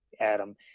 Adam